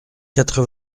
quatre